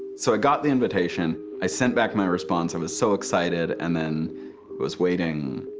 so i got the invitation i sent back my response. i was so excited, and then was waiting.